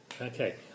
Okay